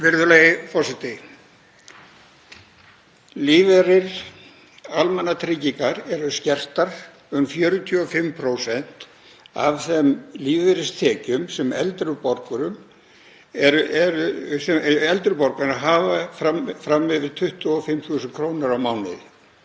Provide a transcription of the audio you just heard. Virðulegi forseti. Lífeyrir almannatrygginga er skertur um 45% af þeim lífeyristekjum sem eldri borgarar hafa fram yfir 25.000 kr. á mánuði.